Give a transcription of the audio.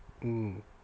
mm